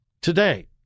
today